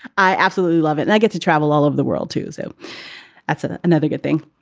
i absolutely love it. and i get to travel all over the world, too. so that's ah another good thing.